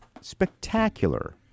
spectacular